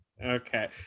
Okay